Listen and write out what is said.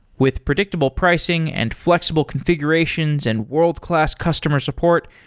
with predictable pricing and flexible configurations and world-class customer support,